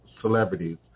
celebrities